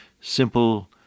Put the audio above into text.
simple